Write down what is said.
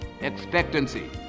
expectancy